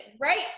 right